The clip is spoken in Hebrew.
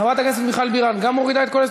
חברת הכנסת מיכל בירן גם מורידה את כל ההסתייגויות?